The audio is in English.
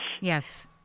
Yes